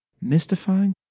mystifying